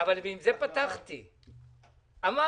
עם זה פתחתי את הדיון, אמרתי.